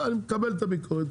אני מקבל את הביקורת,